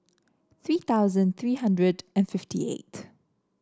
three thousand three hundred and fifty eight